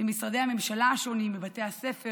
במשרדי הממשלה השונים, בבתי הספר